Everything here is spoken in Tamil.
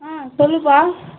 ஆ சொல்லுப்பா